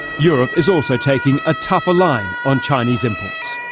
europe is also taking a tougher line on chinese imports,